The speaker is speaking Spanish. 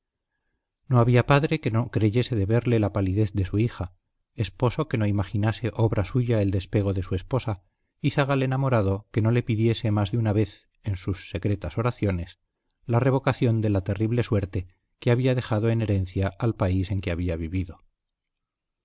no había padre que no creyese deberle la palidez de su hija esposo que no imaginase obra suya el despego de su esposa y zagal enamorado que no le pidiese más de una vez en sus secretas oraciones la revocación de la terrible suerte que había dejado en herencia al país en que había vivido